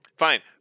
Fine